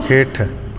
हेठि